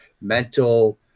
mental